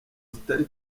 zitari